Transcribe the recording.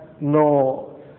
no